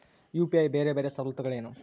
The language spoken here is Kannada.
ಯು.ಪಿ.ಐ ಬೇರೆ ಬೇರೆ ಸವಲತ್ತುಗಳೇನು?